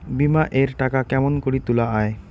বিমা এর টাকা কেমন করি তুলা য়ায়?